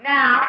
Now